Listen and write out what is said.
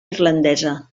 irlandesa